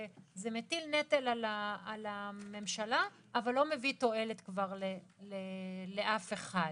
כי זה מטיל נטל על הממשלה אבל כבר לא מביא תועלת לאף אחד.